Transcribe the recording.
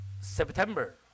September